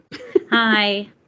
Hi